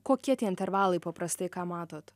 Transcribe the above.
kokie tie intervalai paprastai ką matot